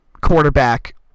quarterback